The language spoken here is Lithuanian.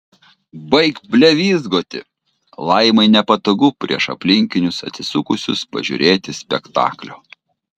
baik blevyzgoti laimai nepatogu prieš aplinkinius atsisukusius pažiūrėti spektaklio